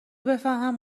بفهمن